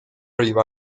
iba